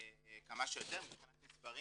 כמה שיותר מבחינת מספרים.